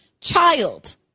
child